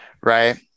right